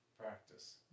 practice